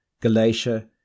Galatia